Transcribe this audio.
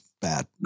bad